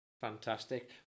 fantastic